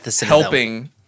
helping